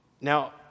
Now